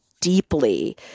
deeply